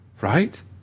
right